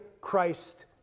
Christ